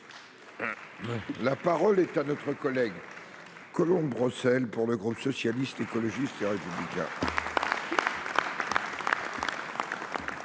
La parole est à Mme Colombe Brossel, pour le groupe Socialiste, Écologiste et Républicain.